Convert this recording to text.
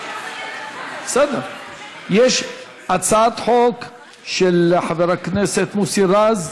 יש הצעת חוק של חבר הכנסת מוסי רז,